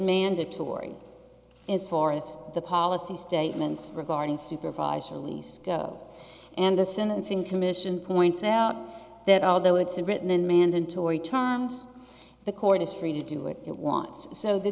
mandatory is forest policy statements regarding supervisor lease and the sentencing commission points out that although it's written in mandatory terms the court is free to do what it wants so the